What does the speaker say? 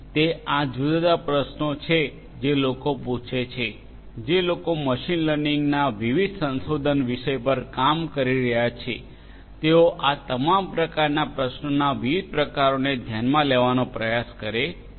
તે આ જુદા જુદા પ્રશ્નો છે જે લોકો પૂછે છે જે લોકો મશીન લર્નિંગના વિવિધ સંશોધન વિષય પર કામ કરી રહ્યા છે તેઓ આ તમામ પ્રકારના પ્રશ્નોના વિવિધ પ્રકારોને ધ્યાનમાં લેવાનો પ્રયાસ કરે છે